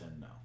no